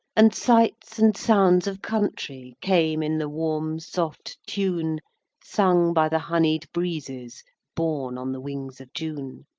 and sights and sounds of country came in the warm soft tune sung by the honey'd breezes borne on the wings of june.